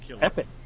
Epic